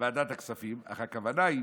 ועדת הכספים, אך הכוונה היא